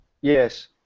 Yes